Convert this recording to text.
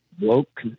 woke